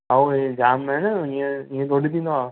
सौ वीह जाम आहिनि ईअं ईअं थोरी थींदो आहे